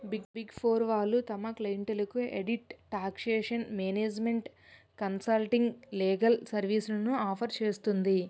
big four వాళ్ళు తమ క్లయింట్లకు audit, taxation, management consulting, legal సర్వీస్లను ఆఫర్ చేస్తుంది